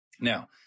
Now